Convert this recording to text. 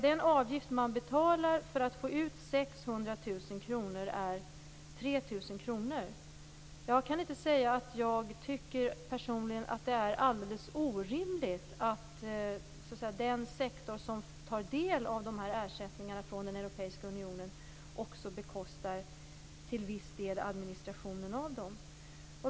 Den avgift som man betalar för att få ut 600 000 kr är alltså Jag tycker personligen inte att det är alldeles orimligt att den sektor som åtnjuter de här ersättningarna från den europeiska unionen också till viss del bekostar administrationen av dem.